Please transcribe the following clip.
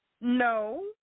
No